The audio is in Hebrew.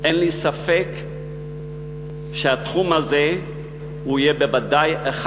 אין לי ספק שהתחום הזה יהיה בוודאי אחד